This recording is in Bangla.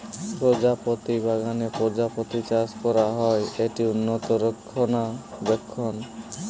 প্রজাপতি বাগানে প্রজাপতি চাষ করা হয়, এটি উন্নত রক্ষণাবেক্ষণ